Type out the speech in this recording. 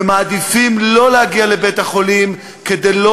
ומעדיפים לא להגיע לבית-החולים כדי לא